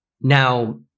Now